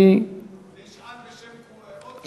אני, אני אשאל בשם עוד כמה חברי כנסת.